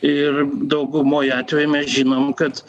ir daugumoj atvejų mes žinom kad